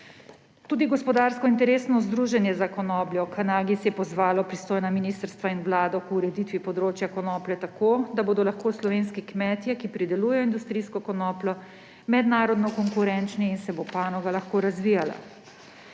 Tudi gospodarsko interesno združenje za konopljo Cannagiz je pozvalo pristojna ministrstva in Vlado k ureditvi področja konoplje tako, da bodo lahko slovenski kmetje, ki pridelujejo industrijsko konopljo, mednarodno konkurenčni in se bo panoga lahko razvijala.